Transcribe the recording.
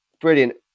Brilliant